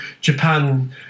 Japan